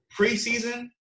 preseason